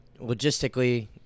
logistically